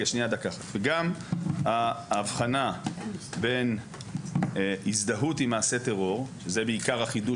גם ההבחנה בין הזדהות עם מעשה טרור זה בעיקר החידוש